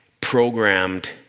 programmed